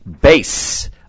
base